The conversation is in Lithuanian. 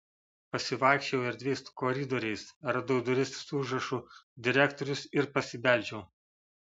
pasivaikščiojau erdviais koridoriais radau duris su užrašu direktorius ir pasibeldžiau